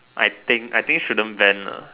I think I think shouldn't ban lah